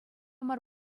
мар